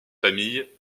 familles